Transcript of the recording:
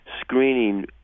screening